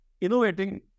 innovating